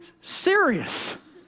serious